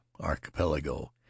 archipelago